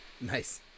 Nice